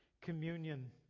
communion